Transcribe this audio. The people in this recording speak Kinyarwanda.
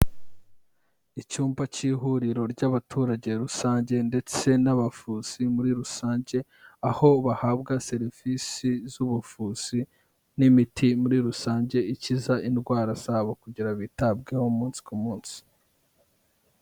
Icyumba cy'ihuriro ry'abaturage rusange ndetse n'abavuzi muri rusange, aho bahabwa serivisi z'ubuvuzi n'imiti muri rusange ikiza indwara zabo kugira bitabweho umunsi ku munsi.